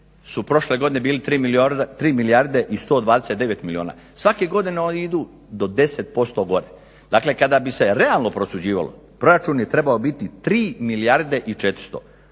su prošle godine bili 3 milijarde i 129 milijuna. Svake godine oni idu do 10% gore. Dakle, kada bi se realno prosuđivalo proračun je trebao biti 3 milijarde i 400.